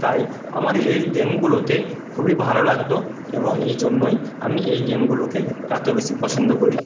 তাই আমার এই গেমগুলোতে খুবই ভালো লাগত এবং এই জন্যই আমি এই গেমগুলোকে এত বেশি পছন্দ করি